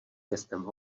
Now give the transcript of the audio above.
městem